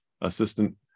assistant